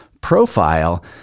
profile